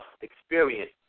experience